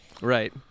Right